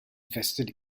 vested